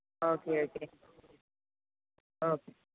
okay okay okay